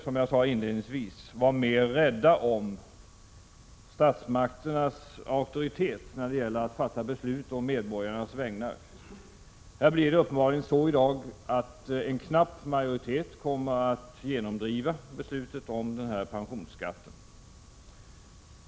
Som jag sade inledningsvis borde vi vara mer rädda om statsmakternas auktoritet när det gäller att fatta beslut å medborgarnas vägnar. Det blir uppenbarligen så i dag att en knapp majoritet kommer att genomdriva beslutet om pensionsskatten.